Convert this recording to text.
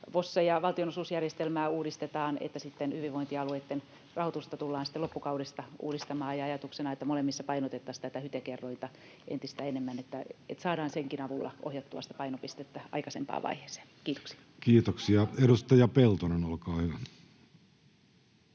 VOSeja, valtionosuusjärjestelmää, uudistetaan että sitten hyvinvointialueitten rahoitusta tullaan loppukaudesta uudistamaan. Ajatuksena on, että molemmissa painotettaisiin tätä HYTE-kerrointa entistä enemmän, että saadaan senkin avulla ohjattua sitä painopistettä aikaisempaan vaiheeseen. — Kiitoksia. Kiitoksia. — Edustaja Peltonen, olkaa hyvä.